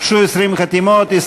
56 נגד, אין נמנעים.